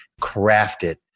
crafted